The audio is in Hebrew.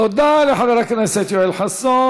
תודה לחבר הכנסת יואל חסון.